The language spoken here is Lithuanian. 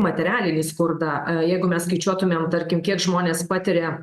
materialinį skurdą jeigu mes skaičiuotumėm tarkim kiek žmonės patiria